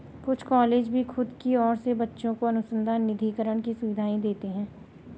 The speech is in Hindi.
कुछ कॉलेज भी खुद की ओर से बच्चों को अनुसंधान निधिकरण की सुविधाएं देते हैं